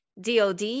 DOD